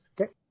Okay